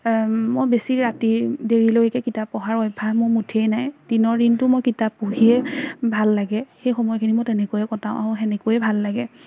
মই বেছি ৰাতি দেৰিলৈকে কিতাপ পঢ়াৰ অভ্যাস মোৰ মুঠেই নাই দিনৰ দিনটো মই কিতাপ পঢ়িয়ে ভাল লাগে সেই সময়খিনি মই তেনেকৈয়ে কটাওঁ আৰু সেনেকৈয়ে ভাল লাগে